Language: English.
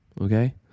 okay